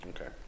Okay